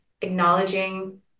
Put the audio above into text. acknowledging